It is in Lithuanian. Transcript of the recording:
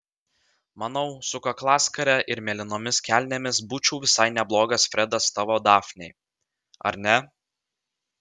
manau su kaklaskare ir mėlynomis kelnėmis būčiau visai neblogas fredas tavo dafnei ar ne